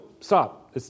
stop